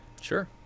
Sure